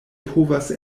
povas